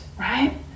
right